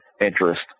interest